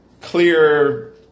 clear